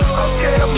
okay